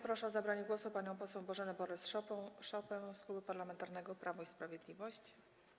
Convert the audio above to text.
Proszę o zabranie głosu panią poseł Bożenę Borys-Szopę z Klubu Parlamentarnego Prawo i Sprawiedliwość.